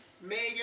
Megan